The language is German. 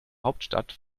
hauptstadt